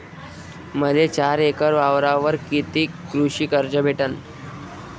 मले चार एकर वावरावर कितीक कृषी कर्ज भेटन?